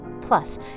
Plus